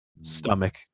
stomach